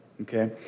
okay